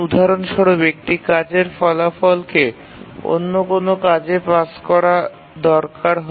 উদাহরণস্বরূপ একটি কাজের ফলাফলকে অন্য কোনও কাজে পাস করা দরকার হয়